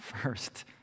first